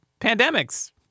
pandemics